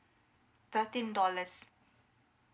thirteen dollars